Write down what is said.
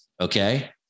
Okay